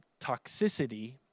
toxicity